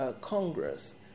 Congress